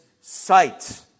sight